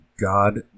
God